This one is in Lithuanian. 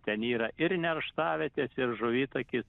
ten yra ir nerštavietės ir žuvitakis